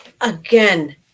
again